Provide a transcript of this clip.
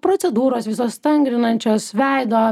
procedūros visos stangrinančios veidą